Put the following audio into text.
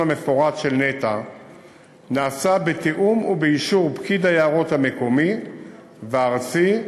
המפורט של נת"ע נעשה בתיאום ובאישור פקיד היערות המקומי והארצי,